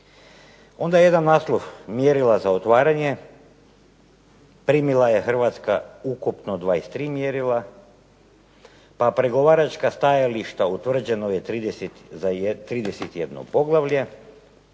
Onda jedan naslov mjerila za otvaranje, primila je Hrvatska ukupno 23 mjerila, pa pregovaračka stajališta utvrđeno je 31. poglavlje,